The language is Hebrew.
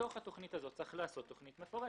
מתוך התכנית הזאת צריך לעשות תכנית מפורטת.